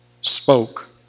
spoke